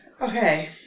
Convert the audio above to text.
okay